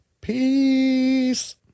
Peace